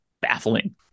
baffling